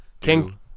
King